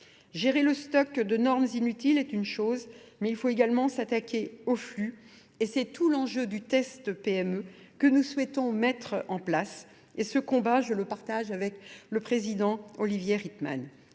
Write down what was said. Gérer le stock de normes inutiles est une chose, mais il faut également s'attaquer au flux et c'est tout l'enjeu du test PME que nous souhaitons mettre en place et ce combat je le partage avec le président Olivier Ritman.